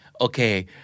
Okay